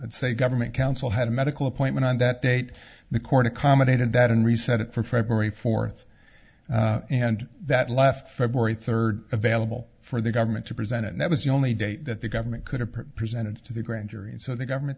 would say government counsel had a medical appointment on that date the court accommodated that and reset it for february fourth and that left february third available for the government to present it never is the only date that the government could have presented to the grand jury and so the government